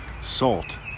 Salt